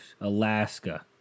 Alaska